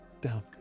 Down